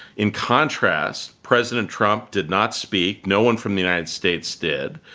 in contrast, president trump did not speak. no one from the united states did.